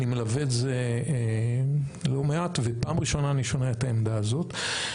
אני מלווה את זה לא מעט ופעם ראשונה אני שומע את העמדה הזו.